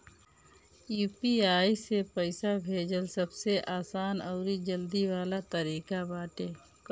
UPI से पईसा भेजल सबसे आसान अउरी जल्दी वाला तरीका बाटे